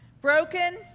Broken